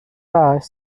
rash